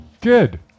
Good